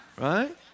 right